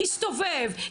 יסתובב,